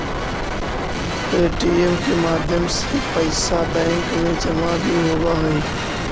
ATM के माध्यम से पैइसा बैंक में जमा भी होवऽ हइ